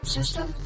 System